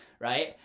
right